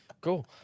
cool